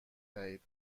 دهید